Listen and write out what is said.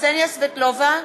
קסניה סבטלובה,